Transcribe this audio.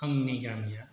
आंनि गामिया